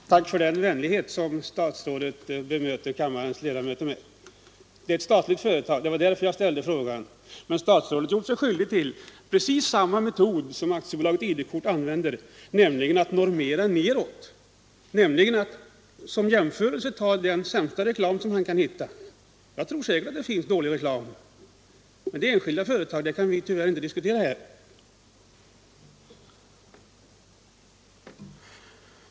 Herr talman! Jag tackar för den vänlighet som statsrådet bemöter kammarens ledamöter med! Det gäller ett statligt företag och det var därför jag ställde frågan, men statsrådet har gjort sig skyldig till användning av precis samma metod som AB ID-kort använder, nämligen att normera neråt och som jämförelse ta den sämsta reklam som han kan hitta. Det finns säkert dålig reklam i enskilda företag, men den saken kan vi inte diskutera här.